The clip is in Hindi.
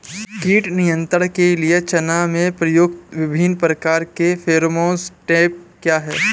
कीट नियंत्रण के लिए चना में प्रयुक्त विभिन्न प्रकार के फेरोमोन ट्रैप क्या है?